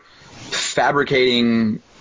fabricating